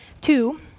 Two